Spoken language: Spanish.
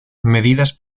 medidas